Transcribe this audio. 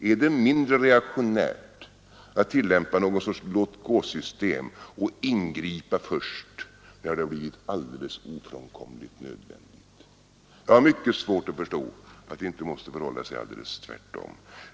Är det mindre reaktionärt att tillämpa något slags låtgåsystem och ingripa först när det blir alldeles ofrånkomligt nödvändigt? Jag har mycket svårt att förstå att det inte måste förhålla sig alldeles tvärtom.